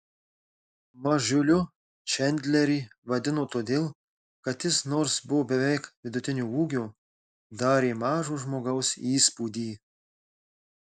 mažiuliu čandlerį vadino todėl kad jis nors buvo beveik vidutinio ūgio darė mažo žmogaus įspūdį